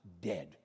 dead